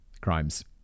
crime's